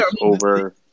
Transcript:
over